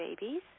babies